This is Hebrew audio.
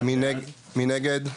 מי נגד?